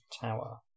tower